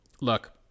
look